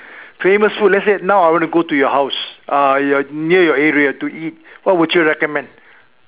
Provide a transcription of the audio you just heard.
famous food let's say now I want to go to your house uh your near your area to eat what would you recommend